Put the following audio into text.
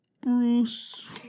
Bruce